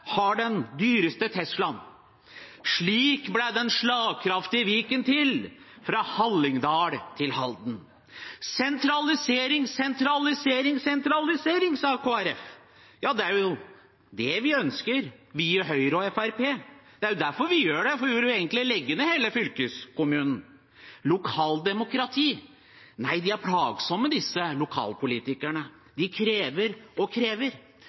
har den dyreste Tesla-en? Slik ble den slagkraftige Viken til: fra Hallingdal til Halden. Sentralisering, sentralisering, sentralisering, sa Kristelig Folkeparti. Ja, det er jo det vi ønsker, vi i Høyre og Fremskrittspartiet. Det er derfor vi gjør det, for vi vil jo egentlig legge ned hele fylkeskommunen. Lokaldemokrati – nei, de er plagsomme disse lokalpolitikerne. De krever og krever.